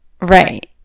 Right